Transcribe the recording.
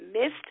missed